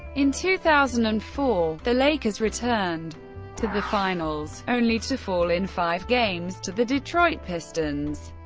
in two thousand and four, the lakers returned to the finals, only to fall in five games to the detroit pistons.